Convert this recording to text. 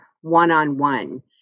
one-on-one